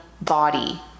body